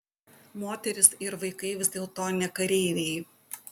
moterys ir vaikai vis dėlto ne kareiviai